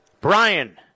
Brian